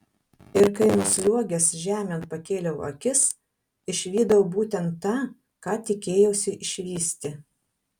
ir kai nusliuogęs žemėn pakėliau akis išvydau būtent tą ką tikėjausi išvysti